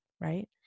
right